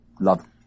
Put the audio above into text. love